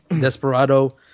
desperado